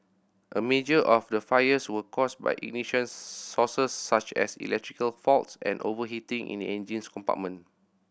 a major of the fires were caused by ignition sources such as electrical faults and overheating in the engine compartment